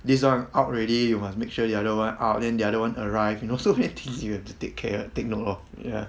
this [one] out already you must make sure the other [one] out then the other [one] arrive you know so many things you have to take care take note of ya